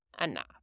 enough